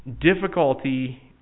difficulty